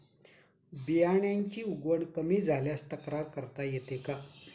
बियाण्यांची उगवण कमी झाल्यास तक्रार करता येते का?